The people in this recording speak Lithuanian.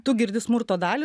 tu girdi smurto dalį